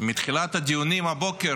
מתחילת הדיונים הבוקר